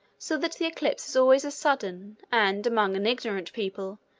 so that the eclipse is always a sudden, and, among an ignorant people,